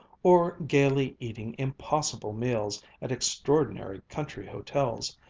or gaily eating impossible meals at extraordinary country hotels,